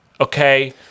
Okay